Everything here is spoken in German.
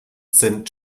sind